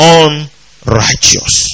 unrighteous